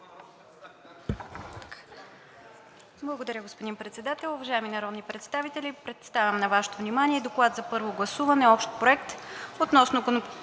Благодаря, господин Председател. Уважаеми народни представители, представям на Вашето внимание: „ДОКЛАД за първо гласуване – общ проект относно